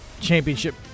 championship